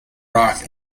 rock